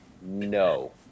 no